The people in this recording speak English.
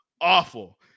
Awful